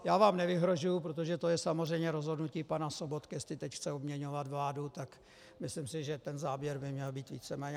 Já vám nevyhrožuju, protože to je samozřejmě rozhodnutí pana Sobotky, jestli teď chce obměňovat vládu, tak myslím, že ten závěr by měl být víceméně...